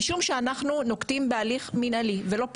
משום שאנחנו נוקטים בהליך מינהלי ולא פלילי,